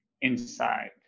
inside